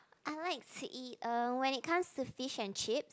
I like to eat uh when it comes to fishand chips